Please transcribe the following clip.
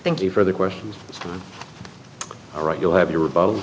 thank you for the questions right you'll have you were both